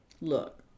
Look